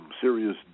serious